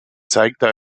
zeigte